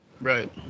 Right